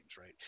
right